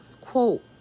quote